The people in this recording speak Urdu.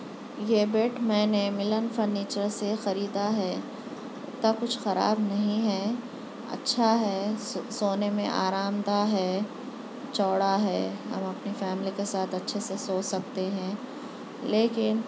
یہ بیڈ میں نے ملن فرنیچر سے خریدا ہے اتنا کچھ خراب نہیں ہے اچھا ہے سو سونے میں آرام دہ ہے چوڑا ہے ہم اپنی فیملی کے ساتھ اچھے سے سو سکتے ہیں لیکن